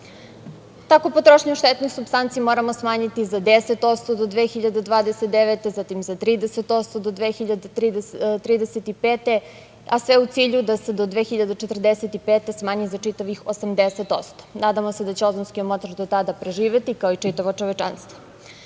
Tako potrošnju štetnih supstanci moramo smanjiti za 10% do 2029. godine, zatim za 30% do 2035. godine, a sve u cilju da se do 2045. godine smanji za čitavih 80%. Nadamo se da će ozonski omotač do tada preživeti, kao i čitavo čovečanstvo. Svake